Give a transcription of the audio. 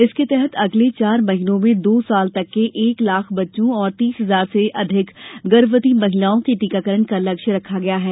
इसके तहत अगले चार महीनों में दो साल तक के एक लाख बच्चों और तीस हजार से अधिक गर्भवती महिलाओं के टीकाकरण का लक्ष्य रखा गया है